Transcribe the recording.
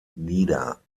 nieder